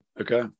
Okay